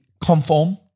conform